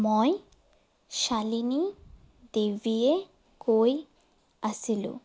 মই চালিনী দেৱীয়ে কৈ আছিলোঁ